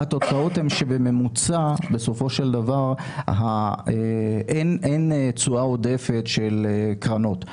התוצאות הן שבממוצע בסופו של דבר אין תשואה עודפת של קרנות,